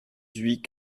huit